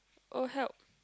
oh help